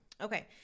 Okay